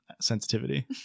sensitivity